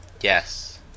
Yes